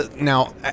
Now